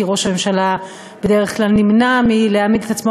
כי ראש הממשלה בדרך כלל נמנע מלהעמיד את עצמו